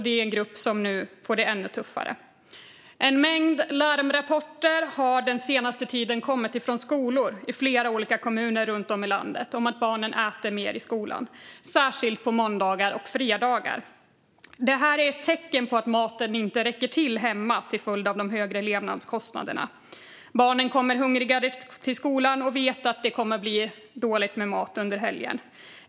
Det är en grupp som nu får det ännu tuffare. En mängd larmrapporter har den senaste tiden kommit från skolor i flera olika kommuner runt om i landet om att barnen äter mer i skolan, särskilt på måndagar och fredagar. Detta är ett tecken på att maten inte räcker till hemma till följd av de högre levnadskostnaderna. Barnen kommer hungrigare till skolan och vet att det kommer att bli dåligt med mat under helgen.